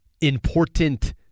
important